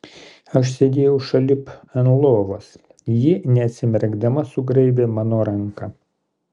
aš sėdėjau šalip ant lovos ji neatsimerkdama sugraibė mano ranką